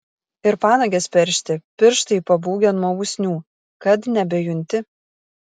ir panagės peršti pirštai pabūgę nuo usnių kad nebejunti